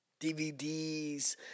DVDs